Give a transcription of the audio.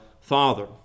Father